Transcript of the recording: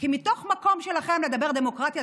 כי מתוך מקום שלכם לדבר דמוקרטיה,